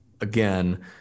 again